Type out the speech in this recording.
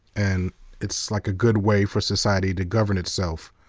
and it's like a good way for society to govern itself,